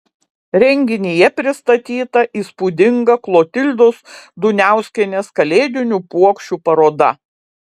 renginyje pristatyta įspūdinga klotildos duniauskienės kalėdinių puokščių paroda